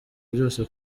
byose